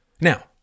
Now